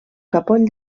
capoll